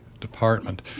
department